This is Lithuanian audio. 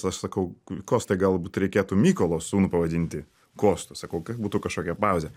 aš sakau kostai galbūt reikėtų mykolą sūnų pavadinti kostu sakau kad būtų kažkokia pauzė